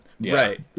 right